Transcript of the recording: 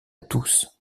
tous